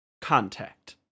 contact